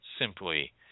simply